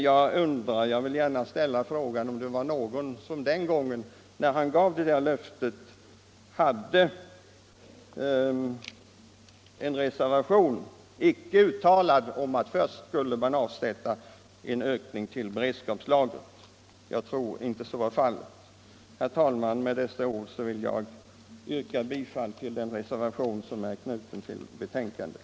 Jag vill nu gärna ställa frågan, om det var någon som den gången när det där löftet gavs hade en icke uttalad reservation om att man först skulle avsätta spannmål till en ökning av beredskapslagret. Jag tror inte att så var fallet. Herr talman! Med dessa ord vill jag yrka bifall till den reservation som är knuten till betänkandet.